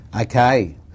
Okay